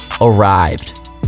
arrived